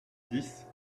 dix